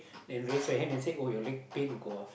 and raise your hand and say oh your leg pain you go out